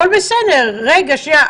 לפני זה,